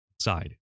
side